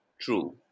True